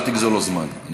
אל תגזול לו זמן.